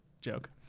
joke